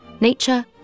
Nature